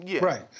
right